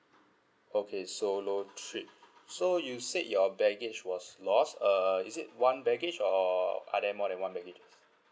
okay solo trip so you said your baggage was lost uh is it one baggage or are there more than one baggages